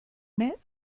mets